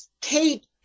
Kate